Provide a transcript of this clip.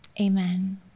Amen